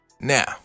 Now